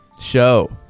show